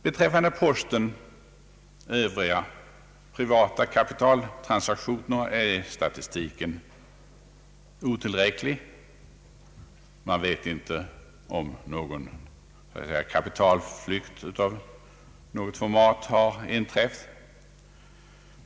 Beträffande posten övriga privata kapitaltransaktioner är statistiken otillräcklig. Man vet inte om en kapitalflykt av något format har skett.